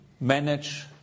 manage